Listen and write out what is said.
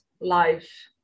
life